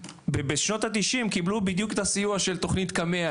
בשנות ה-90' קיבלו בדיוק את הסיוע של תוכנית קמ"ע